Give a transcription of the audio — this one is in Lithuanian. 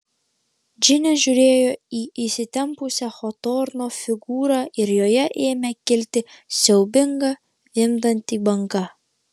džinė žiūrėjo į įsitempusią hotorno figūrą ir joje ėmė kilti siaubinga vimdanti banga